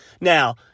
Now